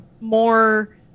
more